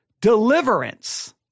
deliverance